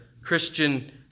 Christian